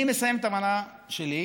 אני מסיים את המנה שלי,